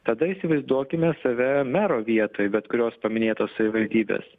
tada įsivaizduokime save mero vietoj bet kurios paminėtos savivaldybės